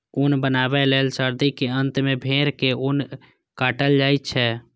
ऊन बनबै लए सर्दी के अंत मे भेड़क ऊन काटल जाइ छै